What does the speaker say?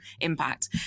impact